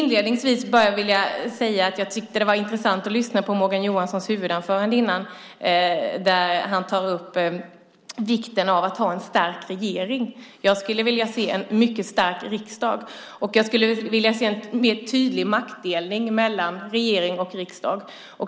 Inledningsvis vill jag säga att jag tyckte att det var intressant att lyssna på Morgan Johanssons huvudanförande där han tog upp vikten av att ha en stark regering. Jag skulle vilja se en mycket stark riksdag, och jag skulle vilja se en tydlig maktuppdelning mellan regering och riksdag.